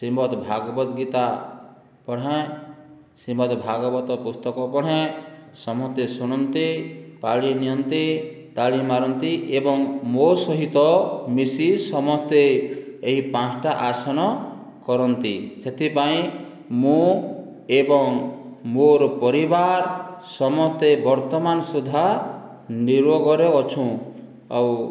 ଶ୍ରୀମଦ ଭାଗବତ ଗୀତା ପଢ଼ାଏଁ ଶ୍ରୀମଦ ଭାଗବତ ପୁସ୍ତକ ପଢ଼େଁ ସମସ୍ତେ ଶୁଣନ୍ତି ପାଳି ନିଅନ୍ତି ତାଳି ମାରନ୍ତି ଏବଂ ମୋ' ସହିତ ମିଶି ସମସ୍ତେ ଏହି ପାଞ୍ଚଟା ଆସନ କରନ୍ତି ସେଥିପାଇଁ ମୁଁ ଏବଂ ମୋ'ର ପରିବାର ସମସ୍ତେ ବର୍ତ୍ତମାନ ସୁଦ୍ଧା ନିରୋଗରେ ଅଛୁଁ ଆଉ